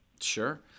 Sure